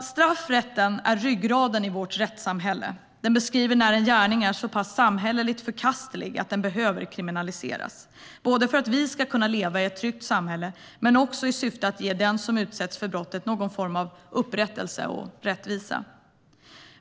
Straffrätten är ryggraden i vårt rättssamhälle. Den beskriver när en gärning är så pass samhälleligt förkastlig att den behöver kriminaliseras, både för att vi ska leva i ett tryggt samhälle och i syfte att ge den som utsätts för brottet någon form av upprättelse och rättvisa.